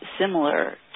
similar